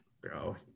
Bro